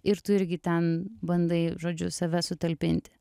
ir tu irgi ten bandai žodžiu save sutalpinti